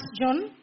John